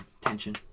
tension